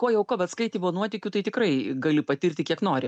ko jau ko bet skaitymo nuotykių tai tikrai gali patirti kiek nori